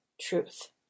truth